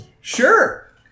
Sure